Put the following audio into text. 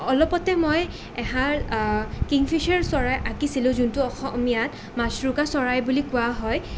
অলপতে মই এহাল কিংফিছাৰ চৰাই আঁকিছিলোঁ যোনটো অসমীয়াত মাছৰোকা চৰাই বুলি কোৱা হয়